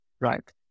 right